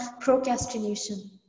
procrastination